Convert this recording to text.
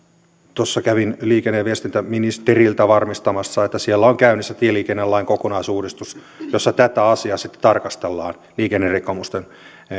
tuossa kävin liikenne ja viestintäministeriltä varmistamassa että siellä on on käynnissä tieliikennelain kokonaisuudistus jossa tätä asiaa tarkastellaan liikennerikkomusten